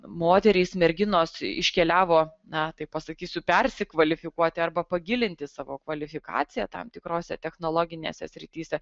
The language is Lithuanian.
moterys merginos iškeliavo na taip pasakysiu persikvalifikuoti arba pagilinti savo kvalifikaciją tam tikrose technologinėse srityse